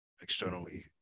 externally